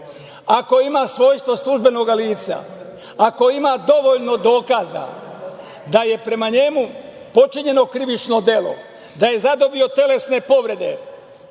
ako ima svojstvo službenog lica, ako ima dovoljno dokaza da je prema njemu počinjeno krivično delo, da je zadobio telesne povrede,